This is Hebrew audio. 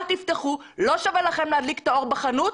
אל תפתחו, לא שווה לכם להדליק את האור בחנות.